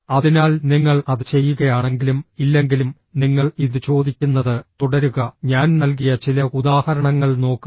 അതിനാൽ നിങ്ങൾ അത് ചെയ്യുകയാണെങ്കിലും ഇല്ലെങ്കിലും നിങ്ങൾ ഇത് ചോദിക്കുന്നത് തുടരുക ഞാൻ നൽകിയ ചില ഉദാഹരണങ്ങൾ നോക്കുക